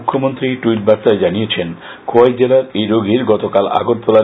মুখ্যমন্ত্রী ট্যুইট বার্তায় জানিয়েছেন খোয়াই জেলার এই রোগীর গতকাল আগরতলার